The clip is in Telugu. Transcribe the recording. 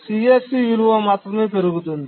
CSC విలువ మాత్రమే పెరుగుతుంది